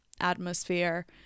atmosphere